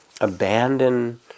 abandon